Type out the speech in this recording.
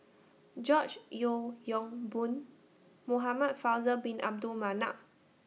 George Yeo Yong Boon Muhamad Faisal Bin Abdul Manap